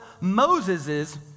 Moses's